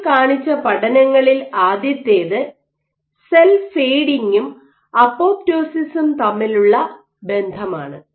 അതിൽ കാണിച്ച പഠനങ്ങളിൽ ആദ്യത്തേത് സെൽ ഫേഡിങ്ങും അപ്പോപ്ടോസിസും തമ്മിലുള്ള ബന്ധമാണ്